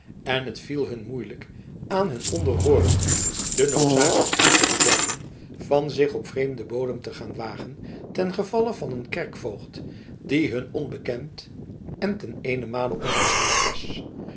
en het viel hun moeilijk aan hun onderhoorigen de noodzakelijkheid te beduiden van zich op vreemden bodem te gaan wagen ten gevalle van een kerkvoogd die hun onbekend en ten eenenmale onverschillig was